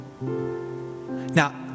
Now